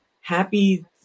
happy